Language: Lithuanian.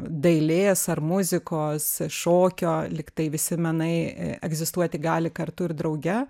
dailės ar muzikos šokio lygtai visi menai egzistuoti gali kartu ir drauge